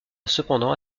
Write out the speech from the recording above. cependant